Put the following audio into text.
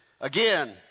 Again